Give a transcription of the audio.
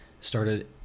started